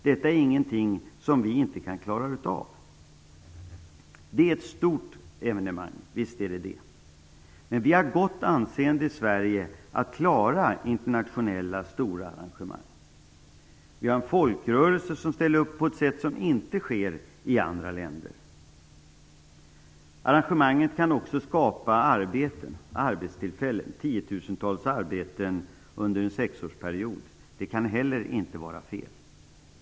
Detta är ingenting som vi inte kan klara av. Visst är det ett stort evenemang, men vi har i Sverige gott anseende när det gäller att klara stora internationella arrangemang. Vi har en folkrörelse som ställer upp på ett sätt som inte sker i andra länder. Arrangemanget kan också skapa arbetstillfällen, kanske tiotusentals arbeten under en sexårsperiod. Det kan heller inte vara fel.